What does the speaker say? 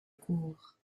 cour